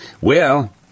Well